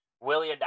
Willie